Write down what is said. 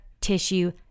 Tissue